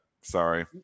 sorry